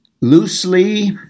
Loosely